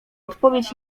odpowiedź